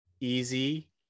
easy